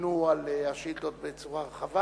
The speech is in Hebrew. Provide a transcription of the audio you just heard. ענו על השאילתות בצורה רחבה.